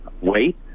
Wait